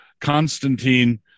Constantine